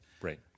Right